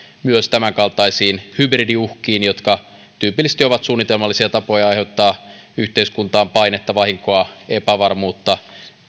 myös tämänkaltaisiin hybridiuhkiin jotka tyypillisesti ovat suunnitelmallisia tapoja aiheuttaa yhteiskuntaan painetta vahinkoa epävarmuutta